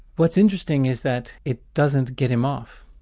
what's interesting is that it doesn't get him off.